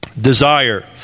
desire